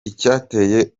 icyateye